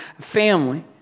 family